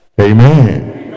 amen